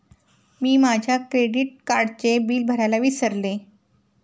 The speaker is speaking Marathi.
मी माझ्या क्रेडिट कार्डचे बिल भरायला विसरले